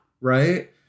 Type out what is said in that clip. right